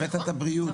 הבאת את הבריאות,